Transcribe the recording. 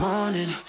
Morning